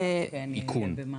צריך איכון.